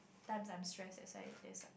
times I'm stresses that's why